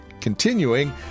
continuing